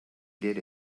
did